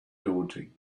daunting